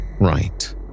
right